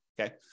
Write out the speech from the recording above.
okay